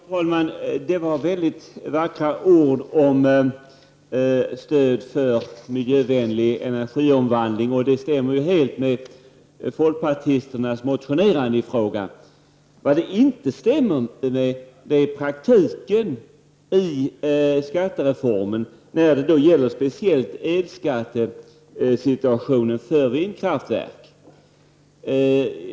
Fru talman! Det var väldigt vackra ord om stöd för miljövänlig energiomvandling, och det stämmer med folkpartisternas motionerande i frågan. Vad det inte stämmer med är praktiken i skattereformen, speciellt när det gäller elskattesituationen för vindkraftverk.